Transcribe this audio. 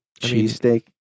cheesesteak